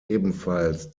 ebenfalls